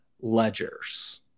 ledgers